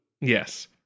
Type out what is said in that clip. Yes